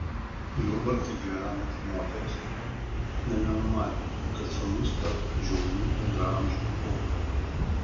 jurbarke gyvenanti moteris nė nenumanė kad sūnus taps žiaurių bendraamžių auka